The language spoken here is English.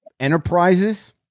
Enterprises